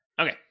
okay